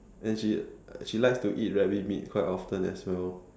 and she she likes to eat rabbit meat quite often as well